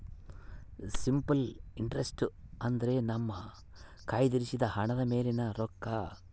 simple interest ಅಂದ್ರೆ ನಮ್ಮ ಕಯ್ದಿರಿಸಿದ ಹಣದ ಮೇಲಿನ ರೊಕ್ಕ